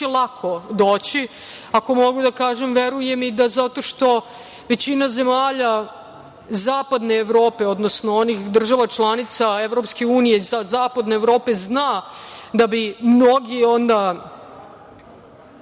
lako doći, ako mogu da kažem verujem i da zato što većina zemalja zapadne Evrope, odnosno onih država članica EU zapadne Evrope zna da bi mnogi onda